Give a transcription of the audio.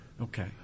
Okay